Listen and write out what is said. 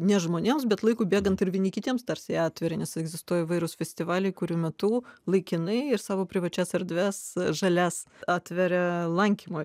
ne žmonėms bet laikui bėgant ir vieni kitiems tarsi atveria nes egzistuoja įvairūs festivaliai kurių metu laikinai ir savo privačias erdves žalias atveria lankymui